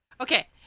okay